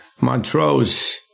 Montrose